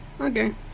Okay